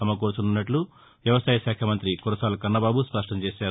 సమకూర్చనున్నట్లు వ్యవసాయ శాఖ మంతి కురసాల కన్నబాబు స్పష్టం చేశారు